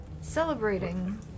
celebrating